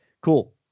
Cool